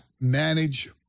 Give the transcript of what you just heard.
manage